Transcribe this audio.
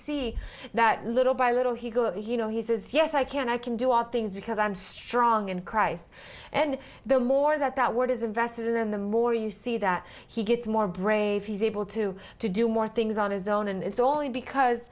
see that little by little he goes you know he says yes i can i can do all things because i'm strong and christ and the more that that word is invested in and the more you see that he gets more brave he's able to to do more things on his own and it's only because